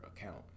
account